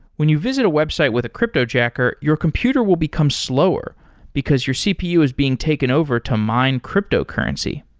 when you visit a website with a cryptojacker, your computer will become slower because your cpu is being taken over to mine cryptocurrency.